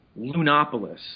Lunopolis